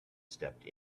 stepped